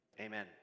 Amen